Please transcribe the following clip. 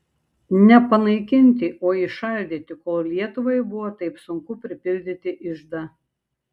ne panaikinti o įšaldyti kol lietuvai buvo taip sunku pripildyti iždą